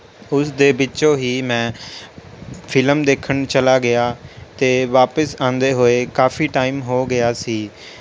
ਉਸ ਦੇ ਵਿੱਚੋਂ ਹੀ ਮੈਂ ਫਿਲਮ ਦੇਖਣ ਚਲਾ ਗਿਆ ਅਤੇ ਵਾਪਿਸ ਆਉਂਦੇ ਹੋਏ ਕਾਫੀ ਟਾਈਮ ਹੋ ਗਿਆ ਸੀ